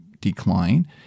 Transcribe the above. decline